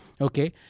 okay